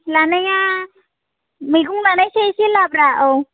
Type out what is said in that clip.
लानाया मैगं लानोसै एसे लाब्रा औ